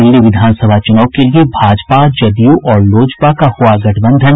दिल्ली विधानसभा चुनाव के लिए भाजपा जदयू और लोजपा का हुआ गठबंधन